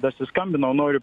dasiskambinau noriu